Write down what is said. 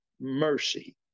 mercy